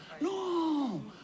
No